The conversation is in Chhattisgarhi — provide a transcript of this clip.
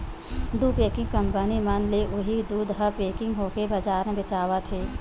दू पेकिंग कंपनी मन ले उही दूद ह पेकिग होके बजार म बेचावत हे